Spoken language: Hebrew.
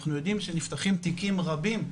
אנחנו יודעים שנפתחים תיקים רבים,